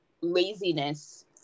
laziness